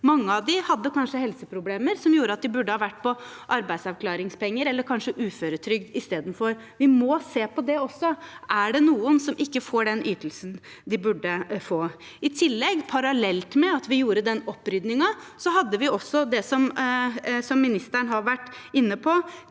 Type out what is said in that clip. av dem hadde kanskje helseproblemer som gjorde at de burde ha vært på arbeidsavklaringspenger eller kanskje uføretrygd istedenfor. Vi må se på det også: Er det noen som ikke får den ytelsen de burde få? I tillegg, parallelt med at vi gjorde den opprydningen, hadde vi også det som ministeren har vært inne på,